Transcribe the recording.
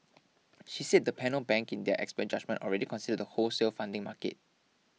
she said the panel bank in their expert judgement already consider the wholesale funding market